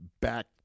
back